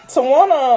Tawana